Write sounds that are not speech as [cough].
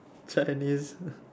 Chinese [laughs]